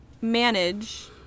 manage